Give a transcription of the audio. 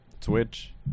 Twitch